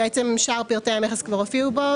שאר פרטי המכס כבר הופיעו בו.